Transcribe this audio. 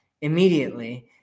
immediately